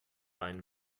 einen